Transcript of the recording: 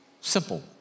simple